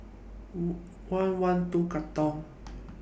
one one two Katong